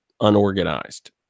unorganized